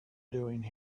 doing